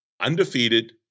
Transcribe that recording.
undefeated